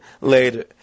later